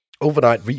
overnight